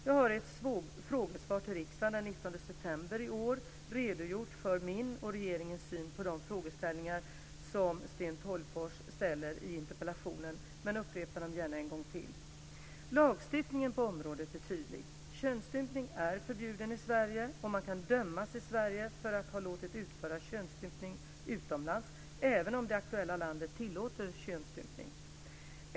Jag har i ett frågesvar till riksdagen den 19 september i år redogjort för min och regeringens syn på de frågor som Sten Tolgfors ställer i interpellationen, men upprepar dem gärna en gång till. Lagstiftningen på området är tydlig - könsstympning är förbjuden i Sverige och man kan dömas i Sverige för att ha låtit utföra könsstympning utomlands, även om det aktuella landet tillåter könsstympning.